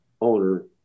owner